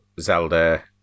Zelda